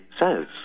says